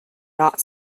not